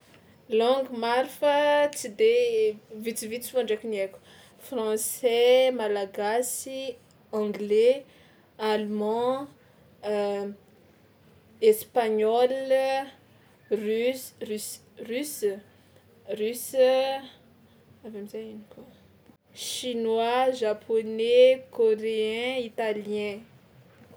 Langue maro fa tsy de e- vitsivitsy fao ndraiky ny haiko: francais, malagasy, anglais, alleman, espagnol, russe russe russe russe; avy eo am'zay ino koa, chinois, japonais, coréen, italien.